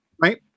Right